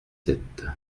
sept